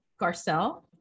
Garcelle